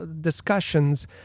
discussions